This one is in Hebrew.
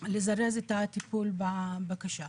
לזרז את הטיפול בבקשה.